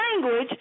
language